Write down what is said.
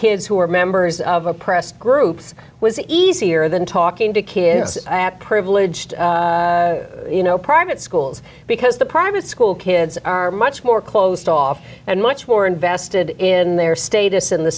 kids who are members of oppressed groups was easier than talking to kids privileged you know private schools because the private school kids are much more closed off and much more invested in their status in the